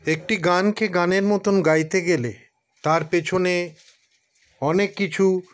একটি গানকে গানের মতন গাইতে গেলে তার পেছনে অনেক কিছু